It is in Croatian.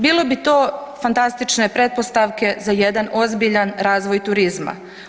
Bilo bi to fantastične pretpostavke za jedan ozbiljan razvoj turizma.